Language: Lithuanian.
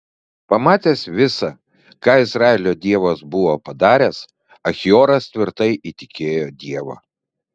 pamatęs visa ką izraelio dievas buvo padaręs achioras tvirtai įtikėjo dievą